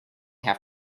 have